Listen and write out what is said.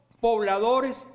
pobladores